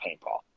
paintball